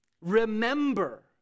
Remember